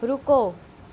ਰੁਕੋ